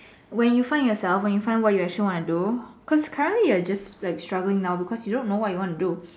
when you find yourself when you find what you actually want to do cause currently you are just like struggling now because you don't know what you want to do